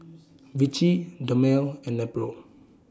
Vichy Dermale and Nepro